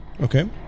Okay